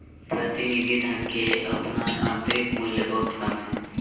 प्रतिनिधि धन के अपन आंतरिक मूल्य बहुत कम हइ